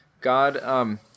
God